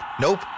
Nope